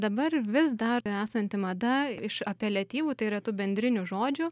dabar vis dar esanti mada iš apeliatyvų tai yra tų bendrinių žodžių